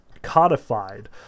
codified